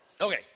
Okay